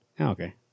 Okay